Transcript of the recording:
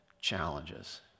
challenges